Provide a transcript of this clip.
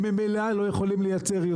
הם ממילא לא יכולים לייצר יותר.